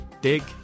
Dig